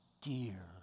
dear